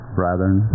brethren